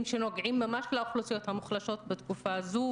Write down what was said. שנוגעים ממש לאוכלוסיות המוחלשות בתקופה הזו,